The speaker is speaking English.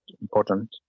important